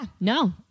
No